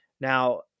Now